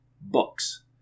Books